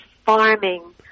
farming